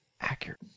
Accurate